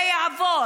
הם לא רוצים פתרון,